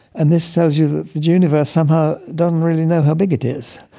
and this tells you that the universe somehow doesn't really know how big it is.